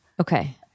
Okay